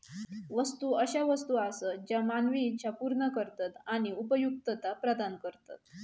वस्तू अशा वस्तू आसत ज्या मानवी इच्छा पूर्ण करतत आणि उपयुक्तता प्रदान करतत